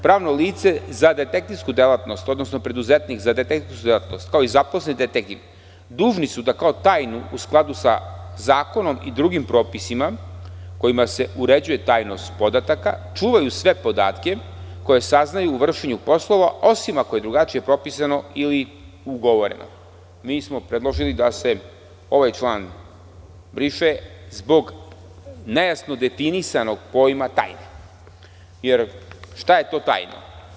Pravno lice za detektivsku delatnost, odnosno preduzetnik za detektivsku delatnost, kao i zaposleni detektiv, dužni su da kao tajnu, u skladu sa zakonom i drugim propisima, kojima se uređuje tajnost podataka, čuvaju sve podatke koje saznaju u vršenju posla, osim ako je drugačije propisano ili ugovoreno.“ Predložili smo da se ovaj član briše zbog nejasno definisanog pojma „tajne“, jer šta je to tajna.